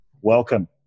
Welcome